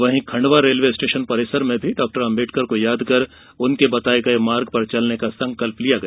वहीं Khandwa railway station परिसर में भी डॉ अम्बेडकर को यादकर उनके बताये गये मार्ग पर चलने का संकल्प लिया गया